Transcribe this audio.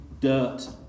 dirt